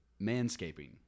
Manscaping